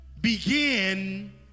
begin